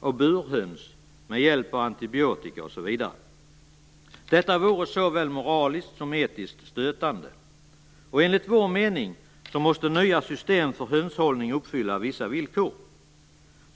av burhöns med hjälp av antibiotika osv. Det vore såväl moraliskt som etiskt stötande. Enligt vår mening måste nya system för hönshållning uppfylla vissa villkor.